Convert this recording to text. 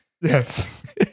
Yes